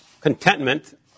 contentment